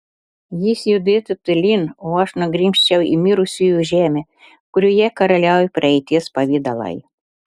jis judėtų tolyn o aš nugrimzčiau į mirusiųjų žemę kurioje karaliauja praeities pavidalai